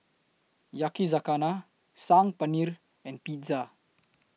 Yakizakana Saag Paneer and Pizza